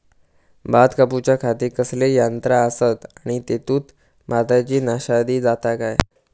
भात कापूच्या खाती कसले यांत्रा आसत आणि तेतुत भाताची नाशादी जाता काय?